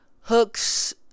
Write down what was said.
Hook's